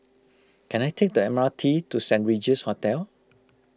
can I take the M R T to Saint Regis Hotel